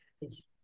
Yes